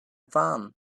van